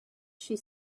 she